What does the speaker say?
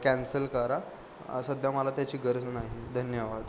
cancel करा सध्या मला त्याची गरज नाही धन्यवाद